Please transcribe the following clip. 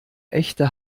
echte